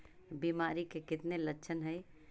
बीमारी के कितने लक्षण हैं?